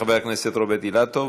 חבר הכנסת רוברט אילטוב,